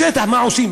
בשטח מה עושים?